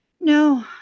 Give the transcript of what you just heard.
No